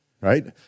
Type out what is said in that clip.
right